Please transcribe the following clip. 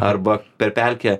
arba per pelkę